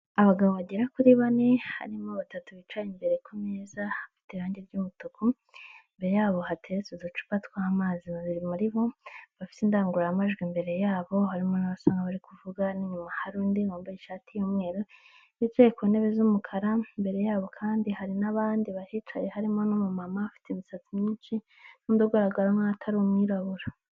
Abagabo bagera kuri bane, harimo batatu bicaye imbere ku meza afite irangi ry'umutuku, imbere yabo hateretse uducupa tw'amazi, babiri muri bo bafite indangururamajwi imbere yabo harimo n'abasa nk'abari kuvuga, n'inyuma hari undi wambaye ishati y'umweru, bicaye ku ntebe z'umukara, imbere yabo kandi hari n'abandi bahicaye harimo ni umumama ufite imisatsi myinshi, n'undi ugaragara nk'aho atari umwirabura.